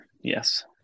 Yes